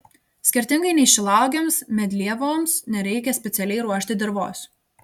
skirtingai nei šilauogėms medlievoms nereikia specialiai ruošti dirvos